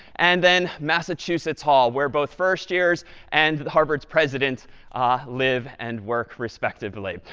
and then massachusetts hall, where both first years and harvard's president ah live and work respectively.